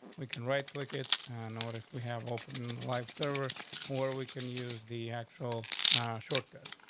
we can right click it on orders. we have open life server more. we can use the actual shortcut,